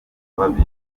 babiri